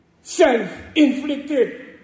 self-inflicted